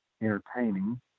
entertaining